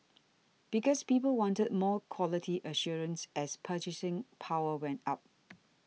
because people wanted more quality assurance as purchasing power went up